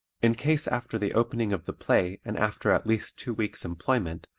in case after the opening of the play and after at least two weeks' employment,